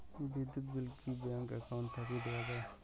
বিদ্যুৎ বিল কি bank account থাকি দেওয়া য়ায়?